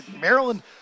Maryland